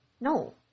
No